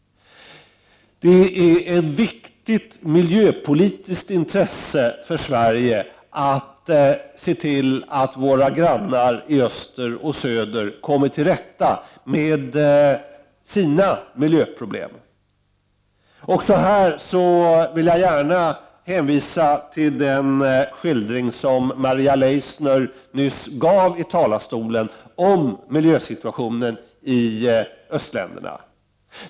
Det är ett viktigt miljöpolitiskt intresse för oss i Sverige att se till att våra grannar i öster och söder kommer till rätta med sina miljöproblem. Också i detta sammanhang vill jag gärna hänvisa till den skildring som Maria Leissner nyss gav i talarstolen om miljösituationen i de östeuropeiska länderna.